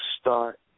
start